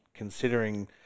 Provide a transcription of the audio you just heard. considering